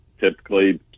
typically